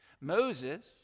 moses